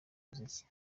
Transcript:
muziki